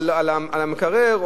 על מחיר המקרר,